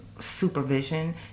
supervision